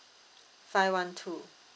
five one two